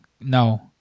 no